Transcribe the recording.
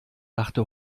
dachte